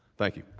thank you.